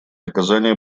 оказание